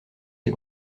ses